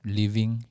living